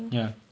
ya